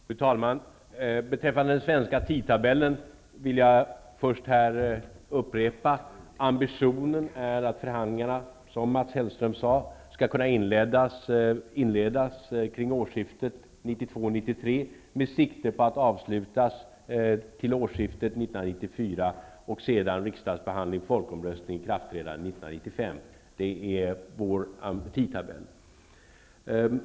Fru talman! Beträffande den svenska tidtabellen vill jag upprepa att ambitionen är att förhandlingarna skall kunna inledas kring årsskiftet 1992/93, som Mats Hellström sade, med sikte på att avslutas till 1994. Sedan skall riksdagsbehandling, folkomröstning och ikraftträdande ske 1995. Det är vår tidtabell.